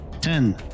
ten